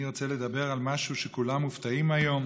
אני רוצה לדבר על משהו שכולם מופתעים ממנו היום,